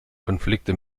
konflikte